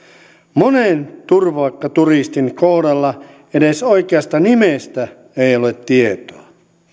monen turvapaikkaturistin kohdalla edes oikeasta nimestä ei ole tietoa